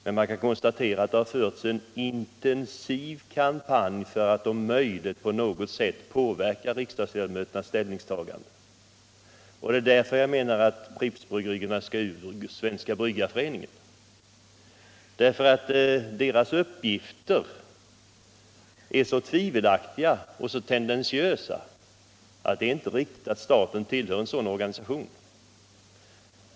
Men man kan konstatera att det har förts en intensiv kampanj för att om möjligt påverka riksdagsledamöternas ställningstagande. Det är därför jag menar att Pripps Bryggerier skall gå ut ur Svenska bryggareföreningen. Föreningens uppgifter är nämligen så tvivelaktiga och tendentiösa att det inte är riktigt att staten tillhör en sådan organisation.